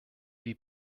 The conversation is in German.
wie